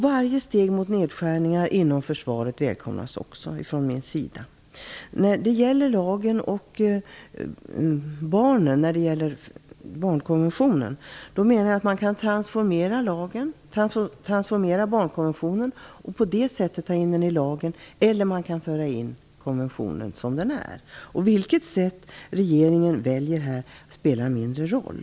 Varje steg mot nedskärningar inom försvaret välkomnas från min sida. Vad gäller barnkonventionen menar jag att denna kan transformeras och tas in i lagen. Alternativt kan konventionen föras in som den är. Vilket sätt regeringen väljer spelar mindre roll.